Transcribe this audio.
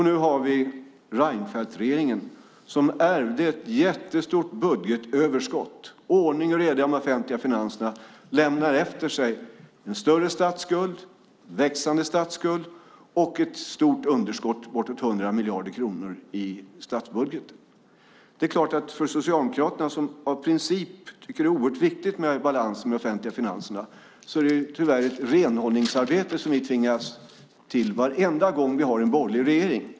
Nu har vi Reinfeldtregeringen som ärvde ett jättestort budgetöverskott, ordning och reda i de offentliga finanserna, och lämnar efter sig en större statsskuld, en växande statsskuld och ett stort underskott på bortåt 100 miljarder kronor i statsbudgeten. För Socialdemokraterna, som av princip tycker att det är oerhört viktigt med balans i de offentliga finanserna, är det tyvärr ett renhållningsarbete som vi tvingas till varenda gång vi har en borgerlig regering.